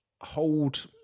hold